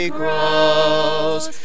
grows